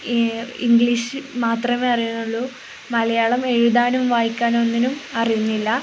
English മാത്രമേ പറയുകയുള്ളൂ മലയാളം എഴുതാനും വായിക്കാനുമൊന്നിനും അറിയുന്നില്ല